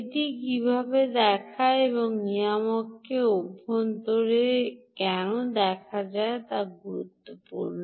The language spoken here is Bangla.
এটি কীভাবে দেখায় এবং নিয়ামকের অভ্যন্তরে কেন দেখা গুরুত্বপূর্ণ